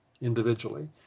individually